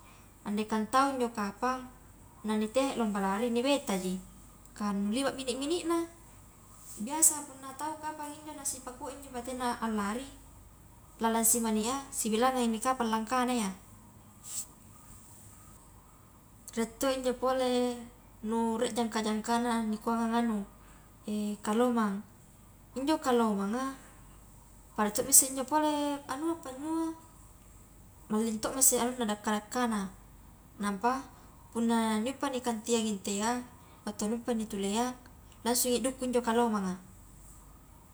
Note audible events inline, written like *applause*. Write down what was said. Andaikan tau njo kapang na ni tehe lomba lari nibetaji, kah nu liba mini-minina, biasa punna tau kapang injo na sipakua injo batena alari lalang si meni a sibilangangmi kapang langkahna iya, rie to injo pole nu rie jangka-jangkana nikuangang anu *hesitation* kalomang, injo kalomanga pada to mi isse injo pole anua panyua, malling to misse anunnadakka-dakkana, nampa punna niuppa nikantiangi ntu iya *unintelligible* langsungi dukku injo kalomanga.